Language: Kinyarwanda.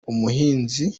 umuhinzi